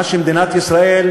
מה שמדינת ישראל,